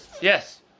Yes